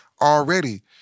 already